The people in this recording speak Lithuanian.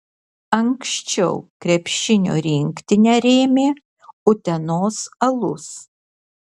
anksčiau krepšinio rinktinę rėmė utenos alus